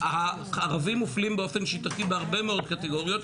הערבים מופלים באופן שיטתי בהרבה מאוד קטגוריות,